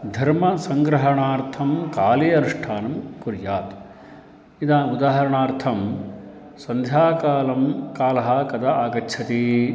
धर्मसङ्ग्रहणार्थं काले अनुष्ठानं कुर्यात् इति उदाहरणार्थं सन्ध्याकालं कालः कदा आगच्छति